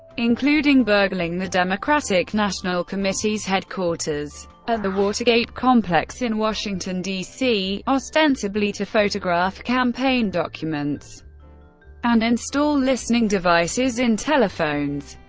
including burgling the democratic national committee's headquarters at the watergate complex in washington, d c ostensibly to photograph campaign documents and install listening devices in telephones.